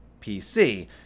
PC